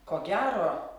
ko gero